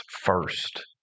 first